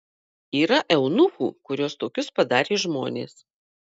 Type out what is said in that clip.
yra eunuchų kuriuos tokius padarė žmonės